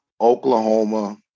Oklahoma